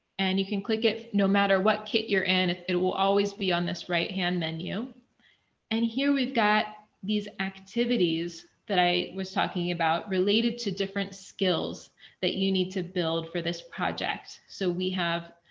and you can click it no matter what kit, you're in it will always be on this right-hand menu and here we've got these activities that i was talking about related to different skills that you need to build for this project. so we have